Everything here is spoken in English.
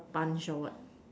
punch or what